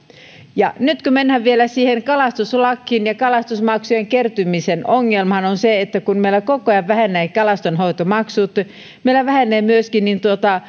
nyt kun mennään siihen kalastuslakiin ja kalastusmaksujen kertymiseen ongelmahan on se että kun meillä koko ajan vähenevät kalastonhoitomaksut niin meillä vähenevät myöskin